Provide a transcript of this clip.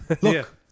look